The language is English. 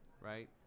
right